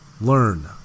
learn